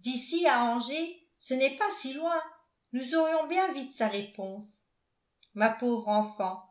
d'ici à angers ce n'est pas si loin nous aurions bien vite sa réponse ma pauvre enfant